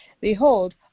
Behold